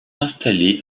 installé